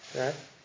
Right